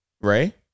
Ray